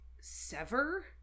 sever